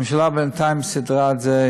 הממשלה בינתיים סידרה את זה.